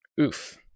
Oof